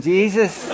Jesus